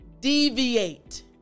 deviate